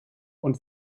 und